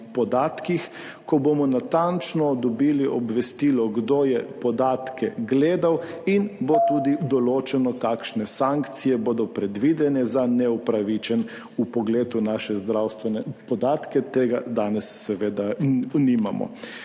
Ko bomo natančno dobili obvestilo kdo je podatke gledal in bo tudi določeno kakšne sankcije bodo predvidene za neupravičen vpogled v naše zdravstvene podatke. Tega danes seveda nimamo.